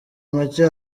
make